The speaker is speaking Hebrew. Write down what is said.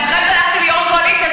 ואחרי זה הלכתי ליו"ר הקואליציה,